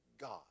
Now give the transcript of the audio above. God